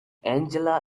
angela